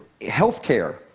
Healthcare